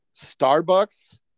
Starbucks